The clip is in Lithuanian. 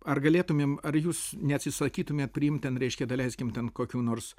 ar galėtumėm ar jūs neatsisakytumėt priimt ten reiškia da leiskim ten kokių nors